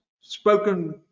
spoken